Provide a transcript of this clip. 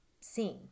seen